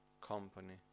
company